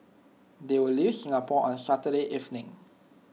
they will leave Singapore on Saturday evening